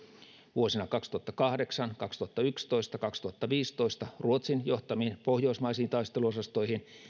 vuosina kaksituhattakahdeksan kaksituhattayksitoista ja kaksituhattaviisitoista ruotsin johtamiin pohjoismaisiin taisteluosastoihin